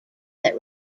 that